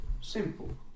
Simple